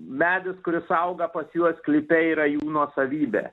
medis kuris auga pas juos sklype yra jų nuosavybė